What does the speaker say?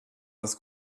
das